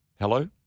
Hello